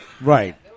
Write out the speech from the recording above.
Right